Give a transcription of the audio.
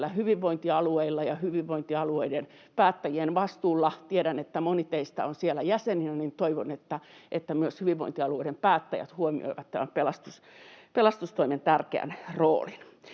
hyvinvointialueilla ja hyvinvointialueiden päättäjien vastuulla — tiedän, että moni teistä on siellä jäseninä — ja toivon, että myös hyvinvointialueiden päättäjät huomioivat tämän pelastustoimen tärkeän roolin.